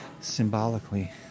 symbolically